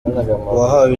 uwahawe